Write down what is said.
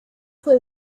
fue